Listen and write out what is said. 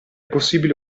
possibile